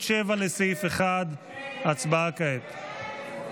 לסעיף 1. הצבעה כעת.